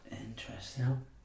Interesting